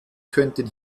könnten